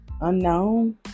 unknown